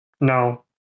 No